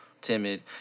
timid